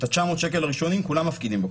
את ה-900 שקל הראשונים כולם מפקידים בקופה.